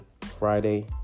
Friday